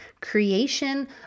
creation